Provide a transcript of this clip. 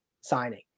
signing